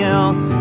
else